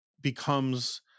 becomes